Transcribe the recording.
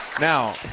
Now